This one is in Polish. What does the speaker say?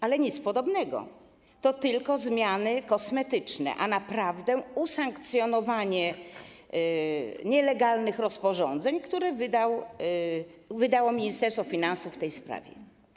Ale nic podobnego, to są tylko zmiany kosmetyczne, a naprawdę to jest usankcjonowanie nielegalnych rozporządzeń, które wydało Ministerstwo Finansów w tej sprawie.